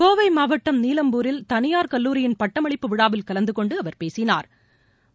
கோவைமாவட்டநீலம்பூரில் தனியார் கல்லூரியின் பட்டமளிப்பு விழாவில் கலந்தகொண்டுஅவர் பேசினா்